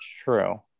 true